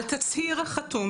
על תצהיר חתום,